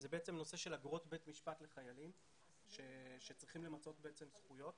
נושא של אגרות בית משפט לחיילים שצריכים למצות זכויות.